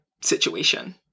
situation